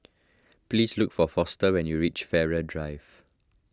please look for Foster when you reach Farrer Drive